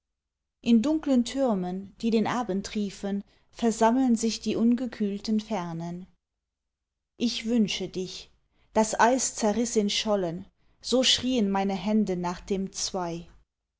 in dunklen türmen die den abend riefen versammeln sich die ungekühlten fernen ich wünsche dich das eis zerriß in schollen so schrien meine hände nach dem zwei